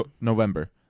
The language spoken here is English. November